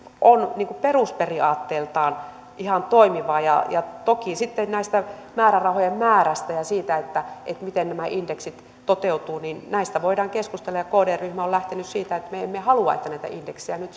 on perusperiaatteiltaan ihan toimiva toki näiden määrärahojen määrästä ja siitä miten nämä indeksit toteutuvat voidaan keskustella ja kd ryhmä on lähtenyt siitä että me emme halua että näitä indeksejä nyt